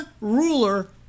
ruler